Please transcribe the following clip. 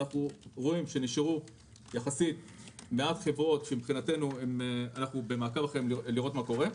אנחנו רואים שנשארו מעט חברות יחסית שאנחנו במעקב אחריהן לראות מה קורה.